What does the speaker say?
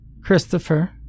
Christopher